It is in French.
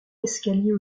escalier